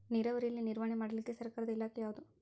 ನೇರಾವರಿಯಲ್ಲಿ ನಿರ್ವಹಣೆ ಮಾಡಲಿಕ್ಕೆ ಸರ್ಕಾರದ ಇಲಾಖೆ ಯಾವುದು?